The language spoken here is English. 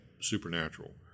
supernatural